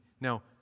Now